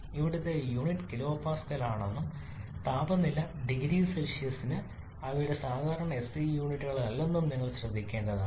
ഇവിടുത്തെ യൂണിറ്റ് കിലോപാസ്കലാണെന്നും താപനില ഡിഗ്രി സെൽഷ്യസിന് അവയുടെ സാധാരണ എസ്ഐ യൂണിറ്റുകളല്ലെന്നും നിങ്ങൾ ശ്രദ്ധിക്കേണ്ടതാണ്